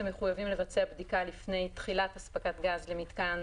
הם מחויבים לבצע בדיקה לפני תחילת אספקת גז למיתקן